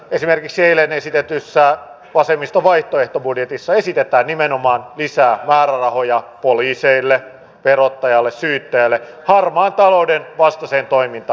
esimerkiksi eilen esitetyssä vasemmiston vaihtoehtobudjetissa esitetään nimenomaan lisää määrärahoja poliiseille verottajalle syyttäjälle harmaan talouden vastaiseen toimintaan